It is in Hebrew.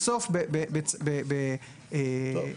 בסוף --- טוב.